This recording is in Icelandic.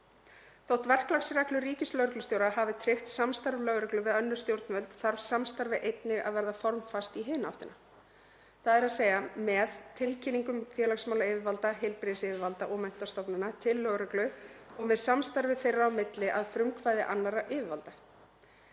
Þótt verklagsreglur ríkislögreglustjóra hafi tryggt samstarf lögreglu við önnur stjórnvöld þarf samstarfið einnig að verða formfast í hina áttina, þ.e. með tilkynningum félagsmálayfirvalda, heilbrigðisyfirvalda og menntastofnana til lögreglu og með samstarfi þeirra á milli að frumkvæði annarra yfirvalda.